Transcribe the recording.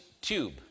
tube